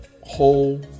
whole